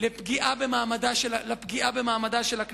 לפגיעה במעמדה של הכנסת.